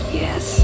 yes